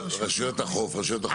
שרשויות החוף כפופות.